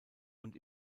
und